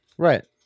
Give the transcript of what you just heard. Right